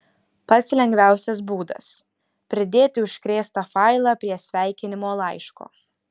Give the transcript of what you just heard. pats lengviausias būdas pridėti užkrėstą failą prie sveikinimo laiško